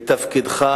בתפקידך